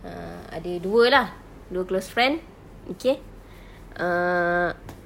err ada dua lah dua close friend okay err